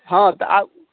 हँ तऽआबू